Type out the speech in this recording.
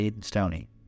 Stony